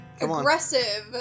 Aggressive